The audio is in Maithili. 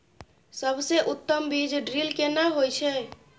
सबसे उत्तम बीज ड्रिल केना होए छै?